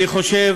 אני חושב